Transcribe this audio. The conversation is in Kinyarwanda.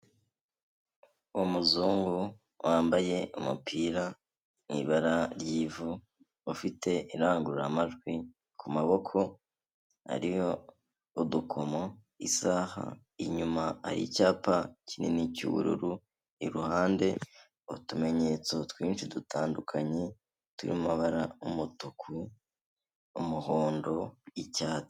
Umuzungu wambaye umupira mu ibara ry'ivu ufite irangururamajwi ku maboko, ariho udukomo, isaha, inyuma hari icyapa kinini cy'ubururu, iruhande utumenyetso twinshi dutandukanye turi mu mabara umutuku, umuhondo, icyatsi.